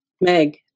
Meg